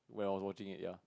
when I was watching it ya